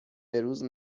بهروز